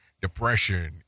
depression